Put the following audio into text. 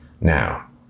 Now